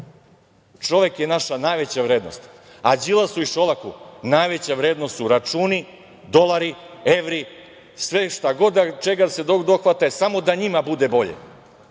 je naša najveća vrednost, a Đilasu i Šolaku najveća vrednost su računi, dolari, evri, sve čega god da se dohvate samo da njima bude bolje.